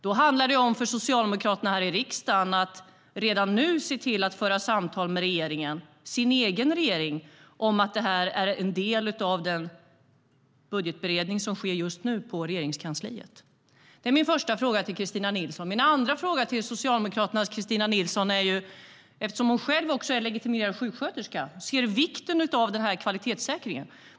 Då handlar det för Socialdemokraterna här i riksdagen om att redan nu se till att föra samtal med regeringen - sin egen regering - om att detta är en del av den budgetberedning som sker just nu på Regeringskansliet. Det var min första fråga till Kristina Nilsson. Min andra fråga till Socialdemokraternas Kristina Nilsson ställer jag eftersom hon själv är legitimerad sjuksköterska och ser vikten av kvalitetssäkringen.